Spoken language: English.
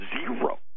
zero